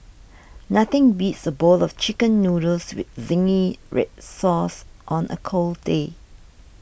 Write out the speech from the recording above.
nothing beats a bowl of Chicken Noodles with Zingy Red Sauce on a cold day